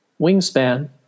Wingspan